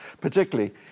Particularly